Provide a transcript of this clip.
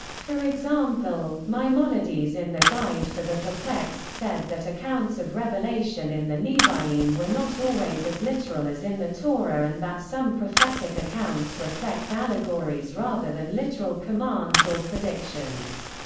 for example, maimonides in the guide for the perplexed said that accounts of revelation in the nevi'im were not always as literal as in the torah and that some prophetic accounts reflect allegories rather than literal commands or predictions.